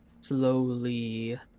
slowly